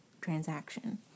transaction